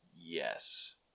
Yes